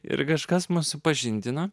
ir kažkas mus supažindina